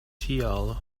tial